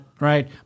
Right